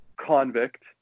convict